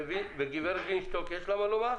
לגברת וינשטוק, יש מה לומר?